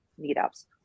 meetups